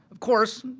of course,